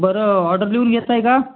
बरं ऑर्डर लिहून घेत आहे का